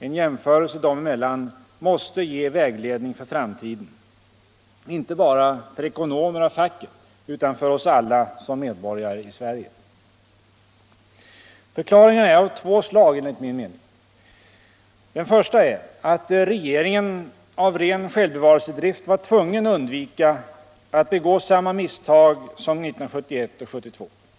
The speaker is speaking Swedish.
En jämförelse dem emellan måste ge vägledning för framtiden, inte bara för ekonomer av facket, utan för oss alla som medborgare i Sverige. Förklaringarna är av två slag enligt min mening. Först och främst var regeringen av ren självbevarelsedrift tvungen att undvika att begå samma misstag som 1971 och 1972.